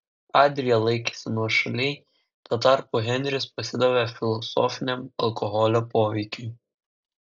adrija laikėsi nuošaliai tuo tarpu henris pasidavė filosofiniam alkoholio poveikiui